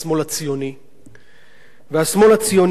והשמאל הציוני הזה, שבנה את המדינה,